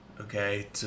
Okay